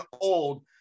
old